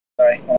sorry